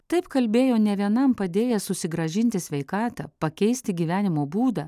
taip kalbėjo ne vienam padėjęs susigrąžinti sveikatą pakeisti gyvenimo būdą